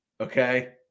Okay